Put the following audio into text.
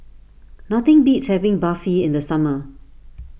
nothing beats having Barfi in the summer